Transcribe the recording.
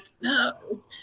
no